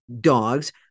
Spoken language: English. dogs